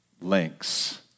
links